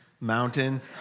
mountain